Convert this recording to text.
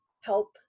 help